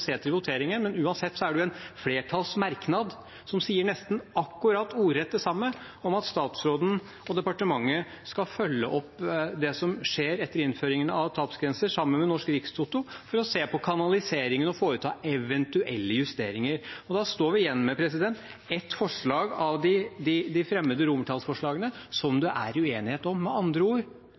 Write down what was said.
voteringen, men uansett er det en flertallsmerknad som sier nesten akkurat ordrett det samme, om at statsråden og departementet skal følge opp det som skjer etter innføringen av tapsgrenser, sammen med Norsk Rikstoto, for å se på kanaliseringen og foreta eventuelle justeringer. Da står vi igjen med ett forslag av de fremmede romertallsforslagene der det er uenighet. Med andre ord